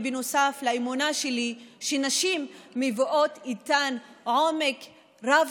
ובנוסף האמונה שלי היא שנשים מבואות איתן עומק רב